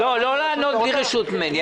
לא לענות בלי רשות ממני.